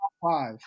five